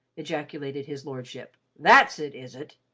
ejaculated his lordship. that's it, is it?